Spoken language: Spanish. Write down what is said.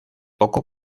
poco